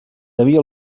devia